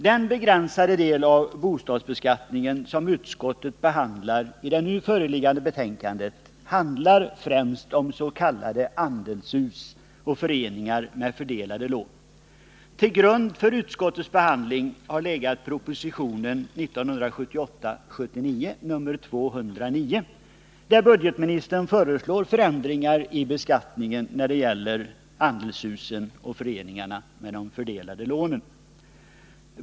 Den begränsade del av bostadsbeskattningen som utskottet behandlar i det nu föreliggande betänkandet handlar främst om s.k. andelshus och föreningar med fördelade lån. Till grund för utskottets behandling har legat propositionen 1978/79:209, där budgetministern föreslår förändringar i beskattningen när det gäller andelshusen och föreningarna med de fördelade lånen.